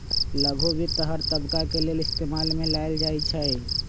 लघु वित्त हर तबका के लेल इस्तेमाल में लाएल जाई छई